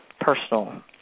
personal